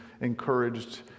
encouraged